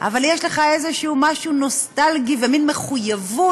יש לך איזשהו משהו נוסטלגי ומין מחויבות,